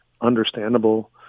understandable